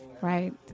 Right